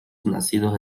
nacidos